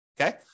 Okay